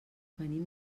venim